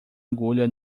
agulha